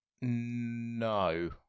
no